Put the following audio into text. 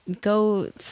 go